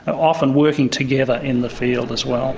often working together in the field as well